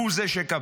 הוא זה שקבע.